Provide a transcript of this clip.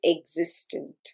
existent